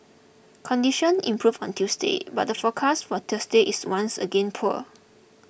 conditions improved on Tuesday but the forecast for Thursday is once again poor